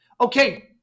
Okay